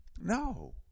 No